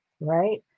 right